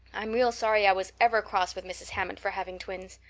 i'm real sorry i was ever cross with mrs. hammond for having twins.